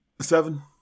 Seven